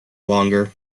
longer